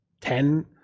ten